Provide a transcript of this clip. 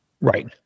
Right